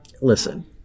listen